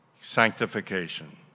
sanctification